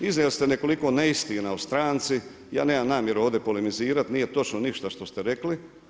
Iznijeli ste nekoliko neistina o stranci, ja nemam namjeru ovdje polemizirati, nije točno ništa što ste rekli.